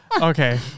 Okay